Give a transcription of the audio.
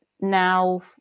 now